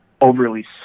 overly